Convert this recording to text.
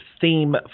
theme